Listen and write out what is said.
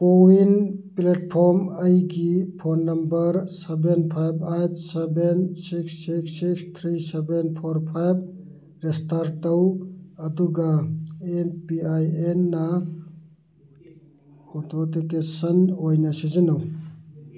CoWIN platform ꯑꯩꯒꯤ phone number seven five eight seven six six six three seven four five register ꯇꯧ ꯑꯗꯨꯒ M P I ꯑꯦꯟꯅ authentication ꯑꯣꯏꯅ ꯁꯤꯖꯤꯟꯅꯧ